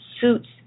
suits